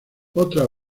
otras